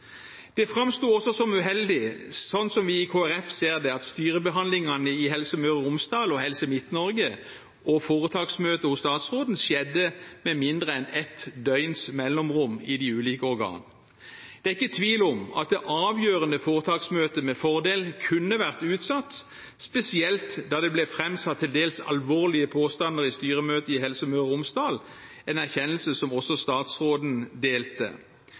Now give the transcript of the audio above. Det framsto også som uheldig, sånn vi i Kristelig Folkeparti ser det, at styrebehandlingene i Helse Møre og Romsdal og Helse Midt-Norge og foretaksmøtet hos statsråden skjedde med mindre enn ett døgns mellomrom i de ulike organene. Det er ikke tvil om at det avgjørende foretaksmøtet med fordel kunne vært utsatt, spesielt da det ble framsatt til dels alvorlige påstander i styremøtet i Helse Møre og Romsdal, en erkjennelse som også statsråden delte.